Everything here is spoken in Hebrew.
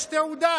יש תעודה.